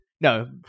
No